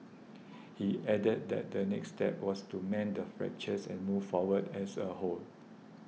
he added that the next step was to mend the fractures and move forward as a whole